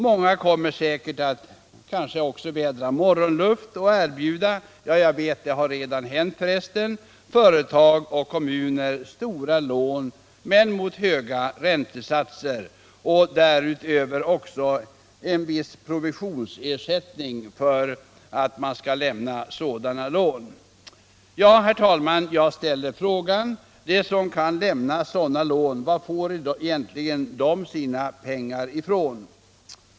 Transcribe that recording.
Många kommer säkert att vädra morgonluft och erbjuda — jag vet för resten att det redan har hänt — kommuner och företag stora lån till höga räntesatser och därutöver en viss provisionsersättning. Jag ställer frågan: De som kan lämna sådana lån, varifrån får de sina pengar?